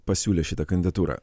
pasiūlė šitą kandidatūrą